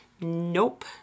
Nope